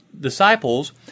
disciples